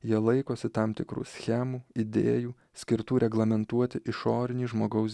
jie laikosi tam tikrų schemų idėjų skirtų reglamentuoti išorinį žmogaus